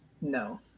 No